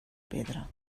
pedra